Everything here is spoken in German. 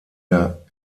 der